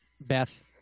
Beth